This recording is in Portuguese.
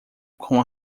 com